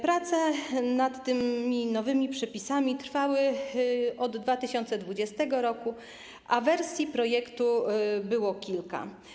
Prace nad tymi nowymi przepisami trwały od 2020 r., a wersji projektu było kilka.